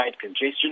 congestion